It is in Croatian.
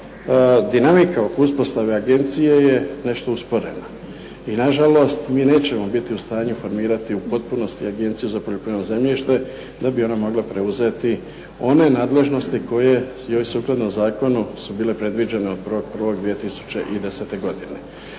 dinamika oko uspostave agencije je nešto usporena. I na žalost mi nećemo biti u stanju formirati u potpunosti Agenciju za poljoprivredno zemljište, da bi ono moglo preuzeti one nadležnosti koje joj sukladno zakonu su bile predviđene od 01.01.2010. godine.